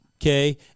Okay